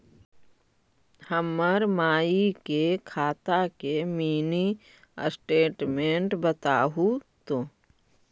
हमर माई के खाता के मीनी स्टेटमेंट बतहु तो?